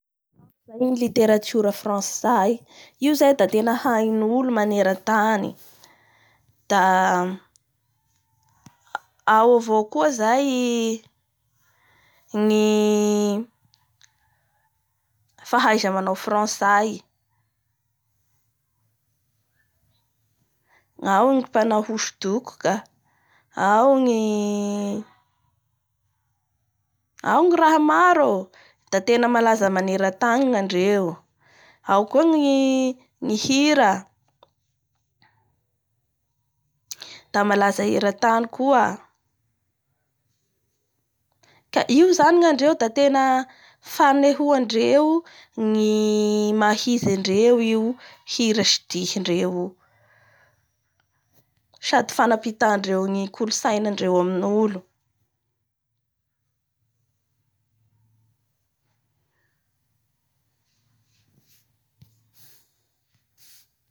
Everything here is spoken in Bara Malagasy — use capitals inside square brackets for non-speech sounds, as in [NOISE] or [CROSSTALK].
Ao zay ny literatiora frantsay io zay da tena hain'olo manerantany da [HESITATION] a-ao avao koa zay ny fahaiza manao frantsay.